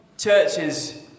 Churches